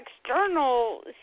external